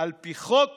לפי החוק